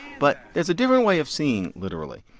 but it's a different way of seeing literally.